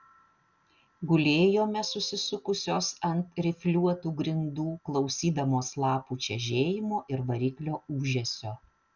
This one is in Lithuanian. gulėjome susisukusios ant rifliuotų grindų klausydamos lapų čežėjimo ir variklio ūžesio